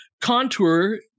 contour